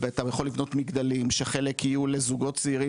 אתה יכול לבנות מגדלים שחלק יהיו לזוגות צעירים,